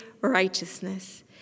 righteousness